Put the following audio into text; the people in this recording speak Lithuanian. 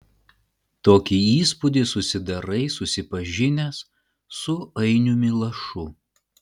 tokį įspūdį susidarai susipažinęs su ainiumi lašu